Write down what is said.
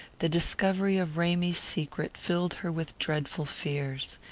the discovery of ramy's secret filled her with dreadful fears.